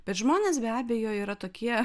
bet žmonės be abejo yra tokie